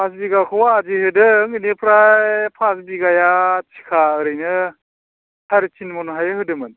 pass बिघाखौ आदि होदों बिनिफ्राय पास बिघाया थिखा ओरैनो साराय थिनमनहाय होदोंमोन